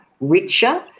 richer